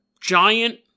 giant